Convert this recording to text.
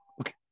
Okay